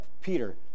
Peter